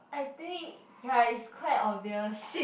I think ya it's quite obvious